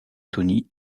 tony